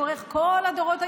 לאורך כל הדורות,